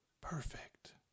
perfect